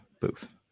Booth